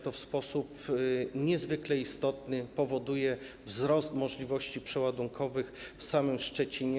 To w sposób niezwykle istotny powoduje wzrost możliwości przeładunkowych w samym Szczecinie.